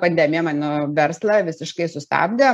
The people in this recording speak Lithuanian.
pandemija mano verslą visiškai sustabdė